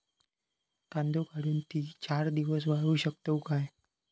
कांदो काढुन ती चार दिवस वाळऊ शकतव काय?